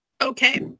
Okay